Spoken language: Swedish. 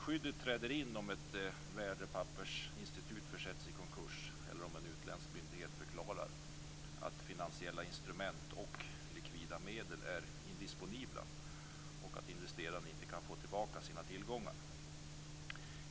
Skyddet träder in om ett värdepappersinstitut försätts i konkurs eller om en utländsk myndighet förklarar att finansiella instrument och likvida medel är indisponibla och att investeraren inte kan få tillbaka sina tillgångar.